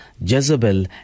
Jezebel